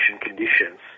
conditions